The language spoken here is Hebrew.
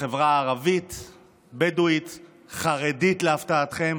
בחברה הערבית, בדואית, חרדית, להפתעתכם.